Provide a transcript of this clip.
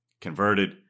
converted